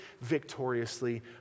victoriously